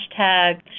hashtag